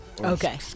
okay